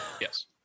Yes